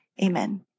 Amen